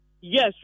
Yes